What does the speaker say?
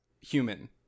human